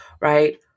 right